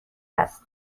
است